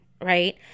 right